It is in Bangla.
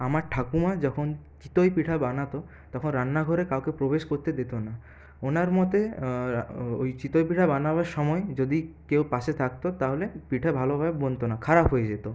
আমার ঠাকুমা যখন চিতই পিঠা বানাতো তখন রান্নাঘরে কাউকে প্রবেশ করতে দিত না ওনার মতে ওই চিতই পিঠা বানাবার সময় যদি কেউ পাশে থাকতো তাহলে পিঠা ভালোভাবে বোনতোনা খারাপ হয়ে যেত